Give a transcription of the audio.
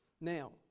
Now